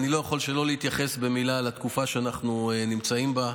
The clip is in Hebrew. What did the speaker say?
אני לא יכול שלא להתייחס במילה לתקופה שאנחנו נמצאים בה,